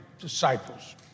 disciples